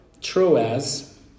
troas